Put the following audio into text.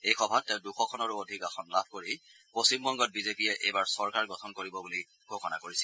এই সভাত তেওঁ দূশখনৰো অধিক আসন লাভ কৰি পশ্চিম বংগত বিজেপিয়ে এইবাৰ চৰকাৰ গঠন কৰিব বুলি ঘোষণা কৰিছিল